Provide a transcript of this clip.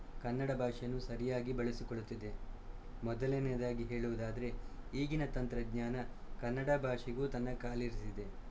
ಕನ್ನಡ ಭಾಷೆಯನ್ನು ಸರಿಯಾಗಿ ಬಳಸಿಕೊಳ್ಳುತ್ತಿದೆ ಮೊದಲನೆಯದಾಗಿ ಹೇಳುವುದಾದರೆ ಈಗಿನ ತಂತ್ರಜ್ಞಾನ ಕನ್ನಡ ಭಾಷೆಗೂ ತನ್ನ ಕಾಲಿರಿಸಿದೆ